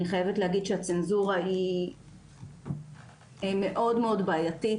אני חייבת להגיד שהצנזורה היא מאוד מאוד בעייתית,